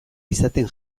izaten